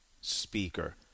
speaker